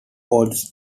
odds